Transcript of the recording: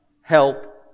help